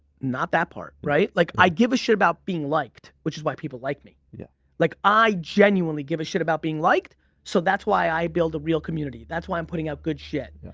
not that part, right? like i give a shit about being liked which is why people like me. yeah like i genuinely give a shit about being liked so that's why i build a real community. that's why i'm putting up good shit. yeah